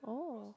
oh